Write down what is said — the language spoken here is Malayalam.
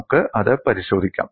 നമുക്ക് അത് പരിശോധിക്കാം